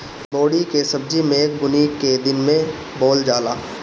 बोड़ी के सब्जी मेघ बूनी के दिन में बोअल जाला